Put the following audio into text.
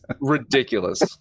ridiculous